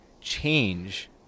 change